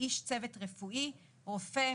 "איש צוות רפואי" רופא,